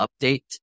update